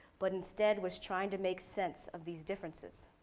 but instead was trying to make sense of these differences.